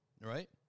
right